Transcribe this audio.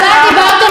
חבריי,